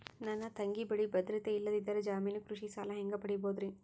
ನನ್ನ ತಂಗಿ ಬಲ್ಲಿ ಭದ್ರತೆ ಇಲ್ಲದಿದ್ದರ, ಜಾಮೀನು ಕೃಷಿ ಸಾಲ ಹೆಂಗ ಪಡಿಬೋದರಿ?